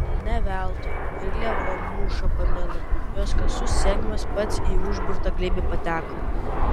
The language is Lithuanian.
ne veltui ir lėvuo mūšą pamilo jos kasų siekdamas pats į užburtą glėbį pateko